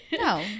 No